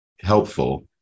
helpful